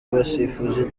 abasifuzi